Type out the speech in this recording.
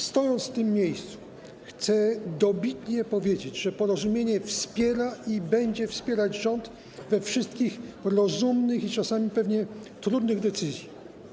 Stojąc w tym miejscu, chcę dobitnie powiedzieć, że Porozumienie wspiera i będzie wspierać rząd we wszystkich rozumnych i czasami pewnie trudnych decyzjach.